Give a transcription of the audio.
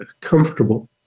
comfortable